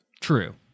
True